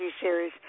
series